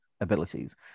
abilities